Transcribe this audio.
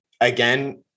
again